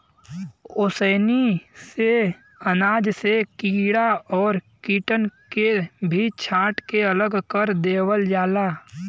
ओसैनी से अनाज से कीड़ा और कीटन के भी छांट के अलग कर देवल जाला